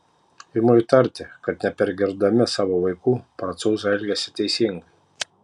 imu įtarti kad nepergirdami savo vaikų prancūzai elgiasi teisingai